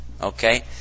Okay